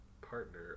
partner